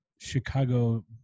Chicago